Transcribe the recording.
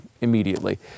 immediately